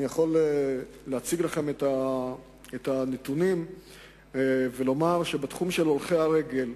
אני יכול להציג לכם את הנתונים ולומר שבתחום של הולכי הרגל,